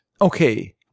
Okay